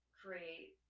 create